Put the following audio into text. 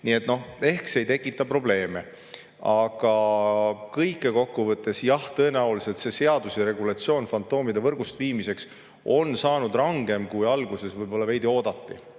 Nii et ehk see ei tekita probleeme. Aga kõike kokku võttes, jah, tõenäoliselt see seadus ja regulatsioon fantoomide võrgust viimiseks on saanud rangem, kui alguses võib-olla oodati.